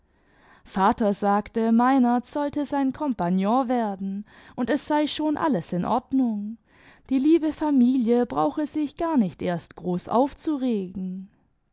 vater sagte meinert sollte sein kompagnon werden und es sei schon alles in ordnung die liebe familie brauche sich gar nicht erst groß aufzuregen